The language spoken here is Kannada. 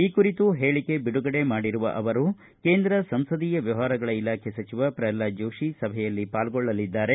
ಈ ಕುರಿತು ಹೇಳಕೆ ಬಿಡುಗಡೆ ಮಾಡಿರುವ ಅವರು ಕೇಂದ್ರ ಸಂಸದೀಯ ವ್ಯವಹಾರಗಳ ಇಲಾಖೆ ಸಚಿವ ಪ್ರಹ್ಲಾದ್ ಜೋಷಿ ಸಭೆಯಲ್ಲಿ ಪಾಲ್ಗೊಳ್ಳಲಿದ್ದಾರೆ